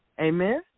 Amen